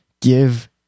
give